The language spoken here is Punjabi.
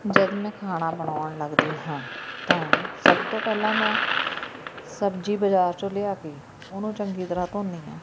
ਜਦ ਮੈਂ ਖਾਣਾ ਬਣਾਉਣ ਲੱਗਦੀ ਹਾਂ ਤਾਂ ਸਭ ਤੋਂ ਪਹਿਲਾਂ ਮੈਂ ਸਬਜ਼ੀ ਬਜ਼ਾਰ 'ਚੋਂ ਲਿਆ ਕੇ ਉਹਨੂੰ ਚੰਗੀ ਤਰ੍ਹਾਂ ਧੋਂਦੀ ਹਾਂ